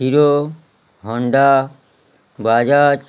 hero Honda Bajaj